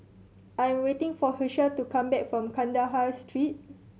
I am waiting for Hershell to come back from Kandahar Street